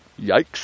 Yikes